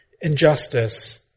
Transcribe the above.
injustice